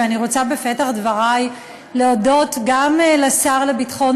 ואני רוצה בפתח דברי להודות גם לשר לביטחון